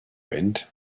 wind